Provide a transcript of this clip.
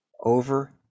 over